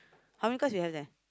how many cards you have there